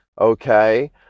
Okay